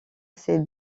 ses